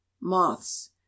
moths